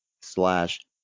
slash